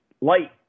light